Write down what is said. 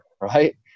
Right